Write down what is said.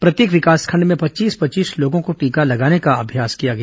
प्रत्येक विकासखंड में पच्चीस पच्चीस लोगों को टीका लगाने का अभ्यास किया गया